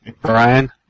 Brian